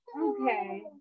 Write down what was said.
Okay